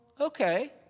okay